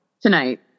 Tonight